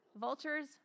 Vultures